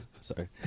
Sorry